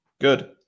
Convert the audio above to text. Good